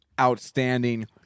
outstanding